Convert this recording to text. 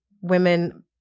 Women